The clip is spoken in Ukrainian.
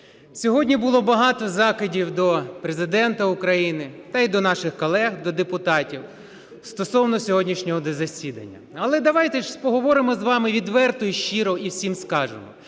Сьогодні було багато закидів до Президента України, та й до наших колег, до депутатів, стосовно сьогоднішнього засідання. Але давайте ж поговоримо з вами відверто і щиро і всім скажемо,